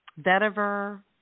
vetiver